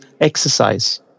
exercise